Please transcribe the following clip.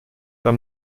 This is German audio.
der